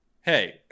hey